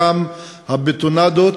וגם הבטונדות,